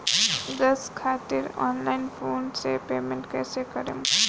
Gas खातिर online phone से payment कैसे करेम?